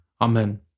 Amen